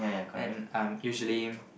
and um usually